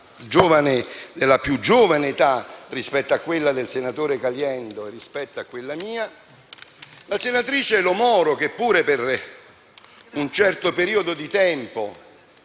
la senatrice Lo Moro, che pure per un certo periodo di tempo